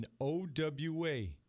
OWA